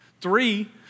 Three